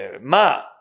Ma